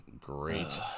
Great